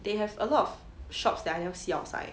they have a lot of shops that I never see outside